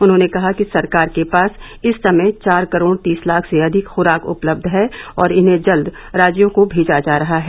उन्होंने कहा कि सरकार के पास इस समय चार करोड़ तीस लाख से अधिक खुराक उपलब्ध हैं और इन्हें जल्द राज्यों को भेजा जा रहा है